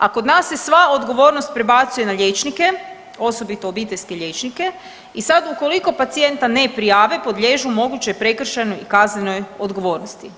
A kod nas se sva odgovornost prebacuje na liječnike, osobito obiteljske liječnike i sad ukoliko pacijenta ne prijave podliježu mogućoj prekršajnoj i kaznenoj odgovornosti.